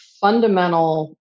fundamental